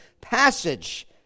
passage